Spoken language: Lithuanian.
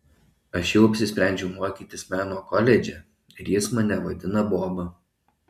aš jau apsisprendžiau mokytis meno koledže ir jis mane vadina boba